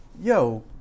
yo